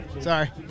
Sorry